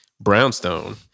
brownstone